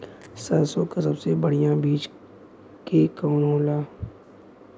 सरसों क सबसे बढ़िया बिज के कवन होला?